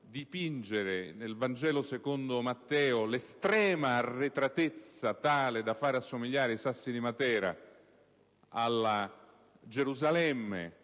dipingere, ne «Il Vangelo secondo Matteo», l'estrema arretratezza tale da far assomigliare i sassi di Matera alla Gerusalemme